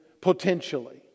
potentially